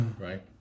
Right